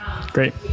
Great